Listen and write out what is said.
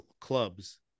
Clubs